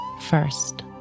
first